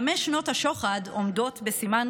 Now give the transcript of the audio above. חמש שנות השוחד עומדות בסימן